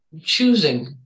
choosing